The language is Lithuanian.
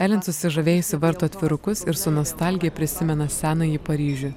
elent susižavėjusi varto atvirukus ir su nostalgija prisimena senąjį paryžių